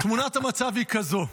תמונת המצב היא כזאת: